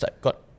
got